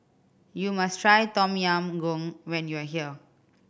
you must try Tom Yam Goong when you are here